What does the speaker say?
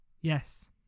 Yes